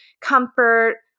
comfort